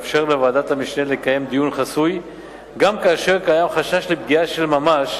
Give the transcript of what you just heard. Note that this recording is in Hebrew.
ולאפשר לוועדת המשנה לקיים דיון חסוי גם כאשר קיים חשש לפגיעה של ממש